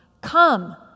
Come